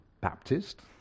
Baptist